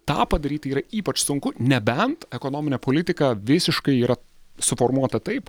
tą padaryti yra ypač sunku nebent ekonominė politika visiškai yra suformuota taip